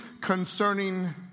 concerning